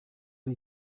ari